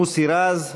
מוסי רז,